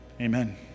Amen